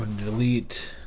delete